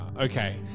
okay